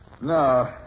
No